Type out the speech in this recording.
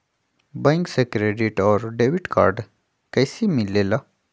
Bank से credit और debit card कैसी मिलेला?